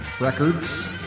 Records